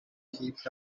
keeps